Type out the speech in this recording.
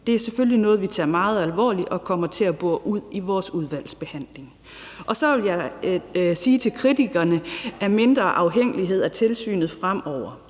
Det er selvfølgelig noget, vi tager meget alvorligt og kommer til at bore ud i vores udvalgsbehandling. Så vil jeg sige til kritikerne, at mindre afhængighed af tilsynet fremover